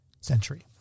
century